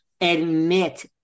Admit